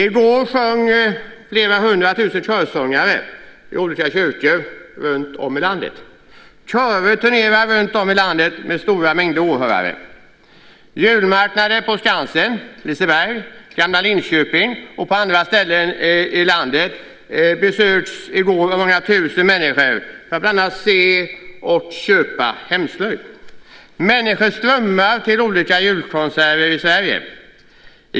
I går sjöng flera hundratusen körsångare i olika kyrkor överallt i landet. Körer turnerar runtom i landet och drar stora mängder åhörare. Julmarknader på Skansen, på Liseberg, i Gamla Linköping och på andra ställen i landet besöktes i går av många tusen människor som bland annat ville se och köpa hemslöjd. Människor strömmar till olika julkonserter i Sverige.